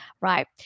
right